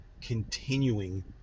continuing